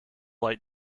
light